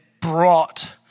brought